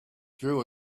drew